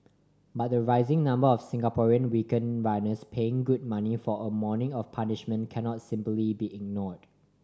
but the rising number of Singaporean weekend runners paying good money for a morning of punishment cannot simply be ignored